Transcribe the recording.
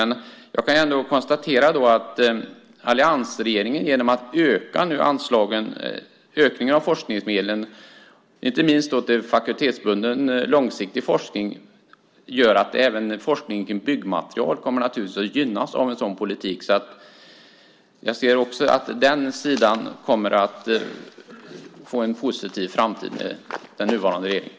Men jag kan konstatera att alliansregeringens satsning på att öka forskningsmedlen, inte minst till fakultetsbunden långsiktig forskning, gör att även forskning kring byggmaterial kommer att gynnas. Jag ser att också den sidan kommer att få en positiv framtid med den nuvarande regeringen.